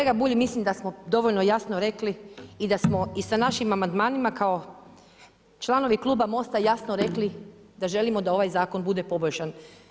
Kolega Bulj, mislim da smo dovoljno jasno rekli i da smo i sa našim amandmanima kao članovi kluba MOST-a jasno rekli da želimo da ovaj zakon bude poboljšan.